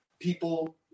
people